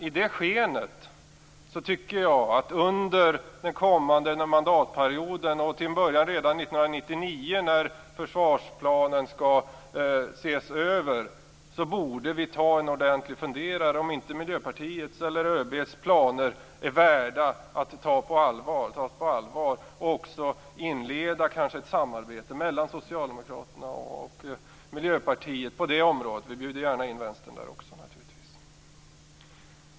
I det skenet tycker jag att vi, under den kommande mandatperioden och till en början redan 1999 när försvarsplanen skall ses över, borde ta en ordentlig funderare på om inte Miljöpartiets eller ÖB:s planer är värda att tas på allvar och kanske också på att inleda ett samarbete mellan Socialdemokraterna och Miljöpartiet på det här området. Vi bjuder naturligtvis gärna också in Vänstern.